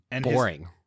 boring